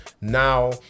now